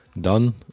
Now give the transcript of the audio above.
Done